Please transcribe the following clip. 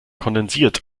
kondensiert